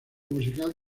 musical